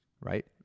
right